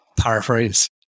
paraphrase